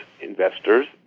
investors